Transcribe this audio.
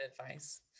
advice